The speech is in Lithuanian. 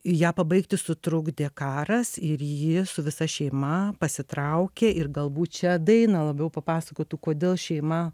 ją pabaigti sutrukdė karas ir ji su visa šeima pasitraukė ir galbūt čia daina labiau papasakotų kodėl šeima